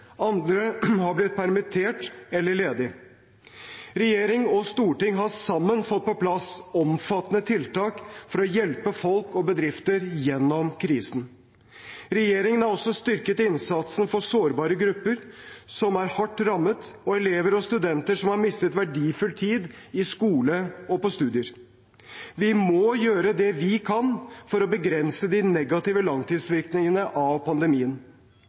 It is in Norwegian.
andre er blitt permittert eller ledig. Regjering og storting har sammen fått på plass omfattende tiltak for å hjelpe folk og bedrifter gjennom krisen. Regjeringen har også styrket innsatsen for sårbare grupper, som er hardt rammet, og elever og studenter, som har mistet verdifull tid i skole og på studier. Vi må gjøre det vi kan for å begrense de negative langtidsvirkningene av pandemien.